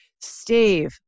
Steve